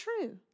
true